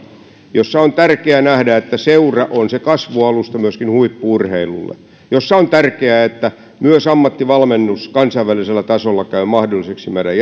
siinä on tärkeää nähdä että seura on se kasvualusta myöskin huippu urheilulle jossa on tärkeää että myös ammattivalmennus kansainvälisellä tasolla käy mahdolliseksi meidän